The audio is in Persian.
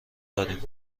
داریم